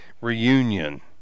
reunion